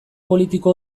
politiko